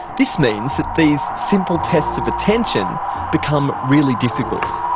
this means that these simple tests of attention become really difficult.